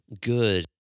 good